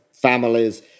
families